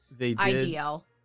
ideal